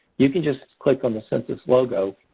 you can just click on the census logo,